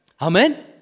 amen